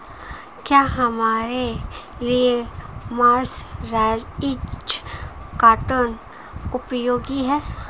क्या हमारे लिए मर्सराइज्ड कॉटन उपयोगी है?